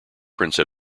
prince